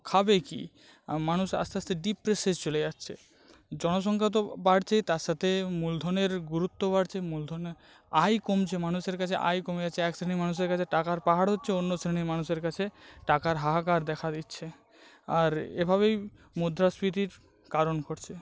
খাবে কী মানুষ আস্তে আস্তে ডিপ্রেশনে চলে যাচ্ছে জনসংখ্যা তো বাড়ছেই তার সাথে মূলধনের গুরুত্ব বাড়ছে মূলধনের আয় কমছে মানুষের কাছে আয় কমে যাচ্ছে এক শ্রেণীর মানুষের কাছে টাকার পাহাড় হচ্ছে অন্য শ্রেণীর মানুষের কাছে টাকার হাহাকার দেখা দিচ্ছে আর এভাবেই মুদ্রাস্ফীতির কারণ ঘটছে